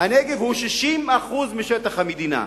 הנגב הוא 60% משטח המדינה.